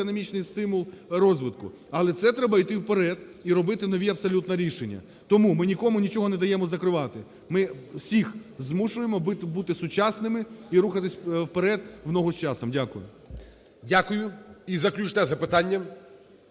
Дякую. І заключне запитання